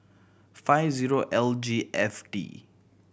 five zero L G F D